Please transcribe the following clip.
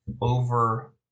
over